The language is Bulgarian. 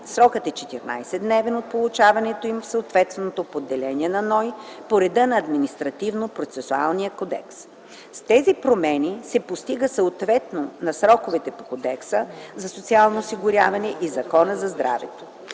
Срокът е 14-дневен от получаването им в съответното поделение на НОИ по реда на Административнопроцесуалния кодекс. С тези промени се постига съответствие на сроковете по Кодекса за социално осигуряване и Закона за здравето.